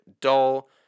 dull